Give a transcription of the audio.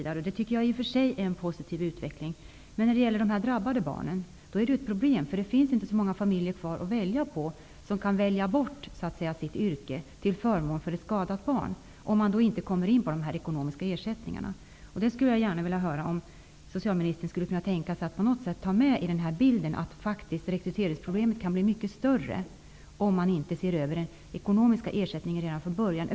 Det tycker jag i och för sig är en positiv utveckling. Men när det gäller de drabbade barnen är det ett problem. Det finns inte så många familjer kvar där man kan välja bort ett yrke till förmån för ett skadat barn om man inte får ekonomisk ersättning. Jag skulle gärna vilja höra om socialministern skulle kunna tänka sig att ta med i beräkningen att rekryteringsproblemet faktiskt kan bli mycket större om man inte ser över den ekonomiska ersättningen redan från början.